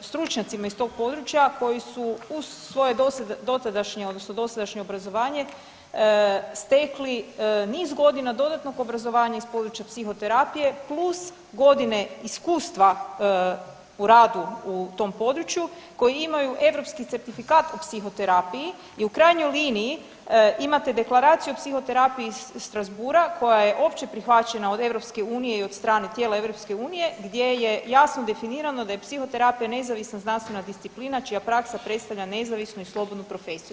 stručnjacima iz tog područja koji su uz svoje dotadašnje odnosno dosadašnje obrazovanje stekli niz godina dodatnog obrazovanja iz područja psihoterapije plus godine iskustva u radu u tom području koji imaju europski certifikat u psihoterapiji i u krajnjoj liniji imate deklaraciju o psihoterapiji iz Strasbourga koja je opće prihvaćena od EU i od strane tijela EU gdje je jasno definirano da je psihoterapija nezavisna znanstvena disciplina čija praksa predstavlja nezavisnu i slobodnu profesiju.